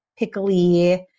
pickly